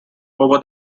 over